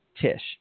Tish